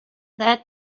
that